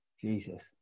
Jesus